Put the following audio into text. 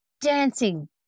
dancing